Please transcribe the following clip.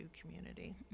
community